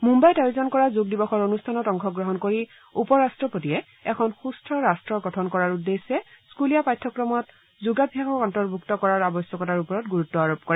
মুম্বাইত আযোজন কৰা যোগ দিৱসৰ অনুষ্ঠানত অংশগ্ৰহণ কৰি উপ ৰাট্ৰপতিয়ে এখন সুস্থ ৰাট্ট গঠন কৰাৰ উদ্দেশ্যে স্থুলীয়া পাঠ্যক্ৰমত যোগাভ্যাসক অন্তৰ্ভূক্ত কৰাৰ আৱশ্যকতাৰ ওপৰত গুৰুত্ব আৰোপ কৰে